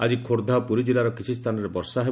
ଆଜି ଖୋର୍ଷା ଓ ପୁରୀ ଜିଲ୍ଲାର କିଛି ସ୍ତାନରେ ବର୍ଷା ହେବ